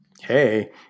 Hey